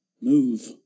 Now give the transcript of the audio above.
move